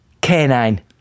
Canine